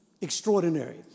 Extraordinary